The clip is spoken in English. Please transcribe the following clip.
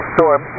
Storm